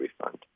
refund